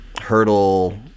hurdle